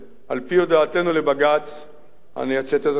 על-פי הודעתנו לבג"ץ,